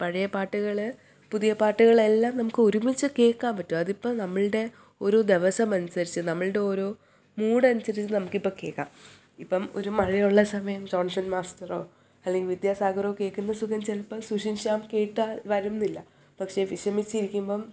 പഴയ പാട്ടുകൾ പുതിയ പാട്ടുകളെല്ലാം നമുക്ക് ഒരുമിച്ച് കേൾക്കാൻ പറ്റും അത് ഇപ്പോൾ നമ്മളുടെ ഒരു ദിവസമനുസരിച്ച് നമ്മളുടെ ഓരോ മൂഡ് അനുസരിച്ച് നമുക്ക് ഇപ്പോൾ കേൾക്കാം ഇപ്പം ഒരു മഴയുള്ള സമയം ജോൺസൺ മാസ്റ്ററോ അല്ലെങ്കിൽ വിദ്യാസാഗറോ കേൾക്കുന്ന സുഖം ചിലപ്പോൾ സുഷീൻ ശ്യാം കേട്ടാൽ വരും എന്നില്ല പക്ഷെ വിഷമിച്ചിരിക്കുമ്പം